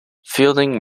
fielding